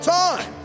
time